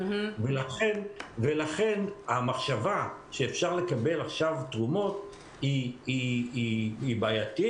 ולכן המחשבה שאפשר לקבל עכשיו תרומות היא בעייתית,